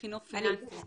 לחינוך פיננסי.